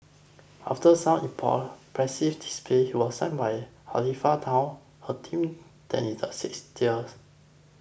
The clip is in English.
after some pressive display you are signed by Halifax town a team then in the sixth tiers